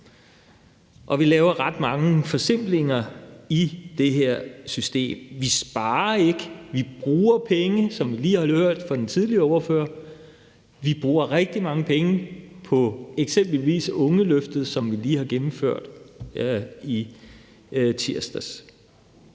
og vi laver ret mange forsimplinger i det her system. Vi sparer ikke, vi bruger penge, som vi lige har hørt det fra den tidligere ordfører. Vi bruger rigtig mange penge på eksempelvis ungeløftet, som vi lige har gennemført i tirsdags.